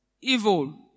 Evil